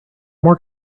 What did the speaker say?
more